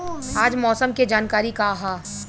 आज मौसम के जानकारी का ह?